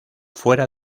fuera